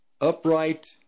upright